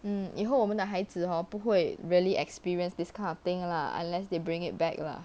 mm 以后我们的孩子 hor 不会 really experience this kind of thing lah unless they bring it back lah